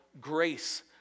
grace